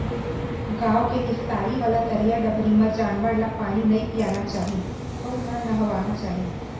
गॉँव के निस्तारी वाला तरिया डबरी म जानवर ल पानी नइ पियाना चाही अउ न नहवाना चाही